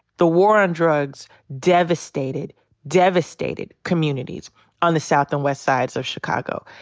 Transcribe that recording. the war on drugs devastated devastated communities on the south and west sides of chicago.